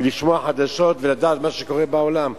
לשמוע חדשות ולדעת מה קורה בעולם.